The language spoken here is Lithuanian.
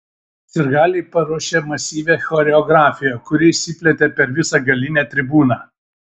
sirgaliai paruošė masyvią choreografiją kuri išsiplėtė per visą galinę tribūną